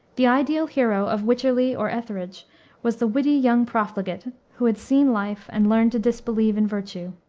the ideal hero of wycherley or etherege was the witty young profligate, who had seen life, and learned to disbelieve in virtue.